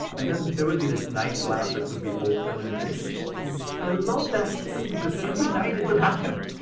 and then there would be this nigh lamp that would be open and it would just be. i love that scene because, every night it would happen.